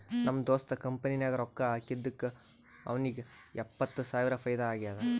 ನಮ್ ದೋಸ್ತ್ ಕಂಪನಿ ನಾಗ್ ರೊಕ್ಕಾ ಹಾಕಿದ್ದುಕ್ ಅವ್ನಿಗ ಎಪ್ಪತ್ತ್ ಸಾವಿರ ಫೈದಾ ಆಗ್ಯಾದ್